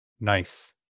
Nice